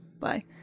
Bye